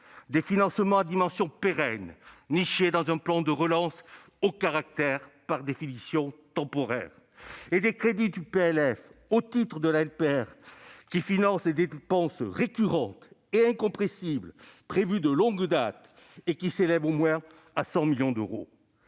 des financements à dimension pérenne nichés dans un plan de relance au caractère, par définition, temporaire et des crédits du PLF, au titre de la LPR, qui financent des dépenses récurrentes et incompressibles prévues de longue date et qui s'élèvent au moins à 100 millions d'euros